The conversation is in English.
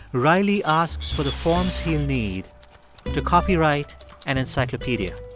riley asks for the forms he'll need to copyright an encyclopedia